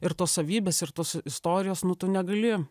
ir tos savybės ir tos istorijos nu tu negali